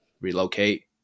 relocate